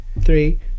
three